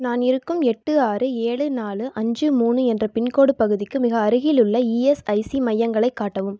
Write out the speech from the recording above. நான் இருக்கும் எட்டு ஆறு ஏழு நாலு அஞ்சு மூணு என்ற பின்கோட் பகுதிக்கு மிக அருகிலுள்ள இஎஸ்ஐசி மையங்களைக் காட்டவும்